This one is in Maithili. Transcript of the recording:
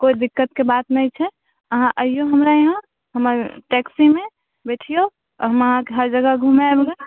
कोइ दिक्कतके बात नहि छै अहाँ अइऔ हमरा यहाँ हमर टैक्सीमे बैठिऔ हम अहाँके हर जगह घुमाएब गऽ